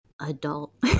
adult